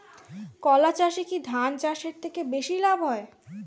কলা চাষে কী ধান চাষের থেকে বেশী লাভ হয়?